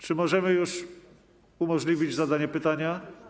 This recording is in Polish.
Czy możemy już umożliwić zadanie pytania?